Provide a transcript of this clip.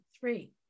three